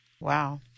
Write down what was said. Wow